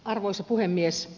arvoisa puhemies